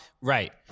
Right